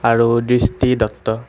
আৰু দৃষ্টি দত্ত